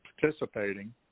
participating